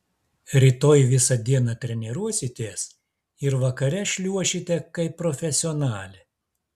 rytoj visą dieną treniruositės ir vakare šliuošite kaip profesionalė